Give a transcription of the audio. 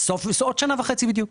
בעוד שנה וחצי בדיוק,